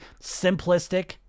simplistic